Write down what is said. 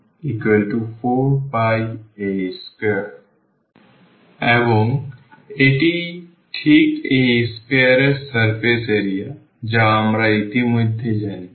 0a 4πa2 এবং এটি ঠিক এই sphere এর সারফেস এরিয়া যা আমরা ইতিমধ্যে জানি